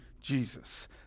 Jesus